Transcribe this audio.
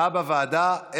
הצבעה בוועדה.